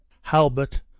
Halbert